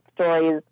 stories